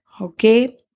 Okay